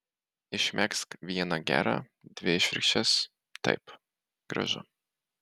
išmegzk vieną gerą dvi išvirkščias taip gražu